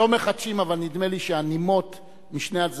אדוני השר,